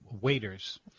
waiters